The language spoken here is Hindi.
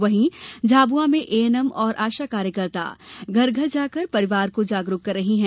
वहीं झाबुआ में एएनएम और आशा कार्यकर्ता घर घर जाकर परिवार को जागरूक कर रही हैं